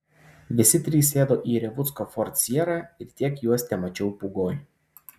visi trys sėdo į revucko ford sierra ir tiek juos temačiau pūgoj